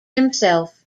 himself